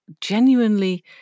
genuinely